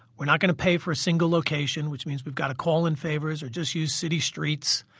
we're not going to pay for a single location, which means we've got to call in favors or just use city streets.